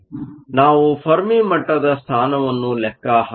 ನಾವು ಫೆರ್ಮಿ ಮಟ್ಟದ ಸ್ಥಾನವನ್ನು ಲೆಕ್ಕ ಹಾಕಬಹುದು